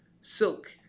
silk